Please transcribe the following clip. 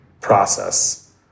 process